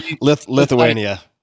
Lithuania